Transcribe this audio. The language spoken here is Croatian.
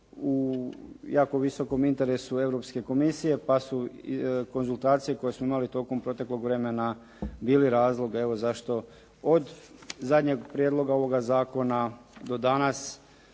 u jako visokom interesu Europske komisije pa su konzultacije koje smo imali tokom proteklog vremena bili razlog evo zašto od zadnjeg prijedloga ovoga zakona do danas